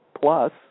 Plus